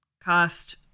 cost